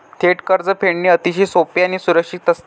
थेट कर्ज फेडणे अतिशय सोपे आणि सुरक्षित असते